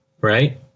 right